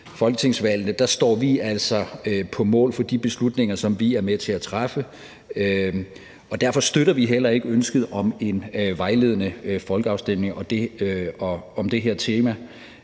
folketingsvalgene står vi altså på mål for de beslutninger, som vi er med til at træffe. Derfor støtter vi heller ikke ønsket om en vejledende folkeafstemning om det her tema